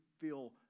feel